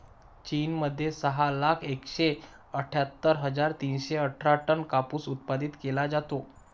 चीन मध्ये सहा लाख एकशे अठ्ठ्यातर हजार तीनशे अठरा टन कापूस उत्पादित केला जातो